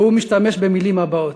והוא משתמש במילים האלה: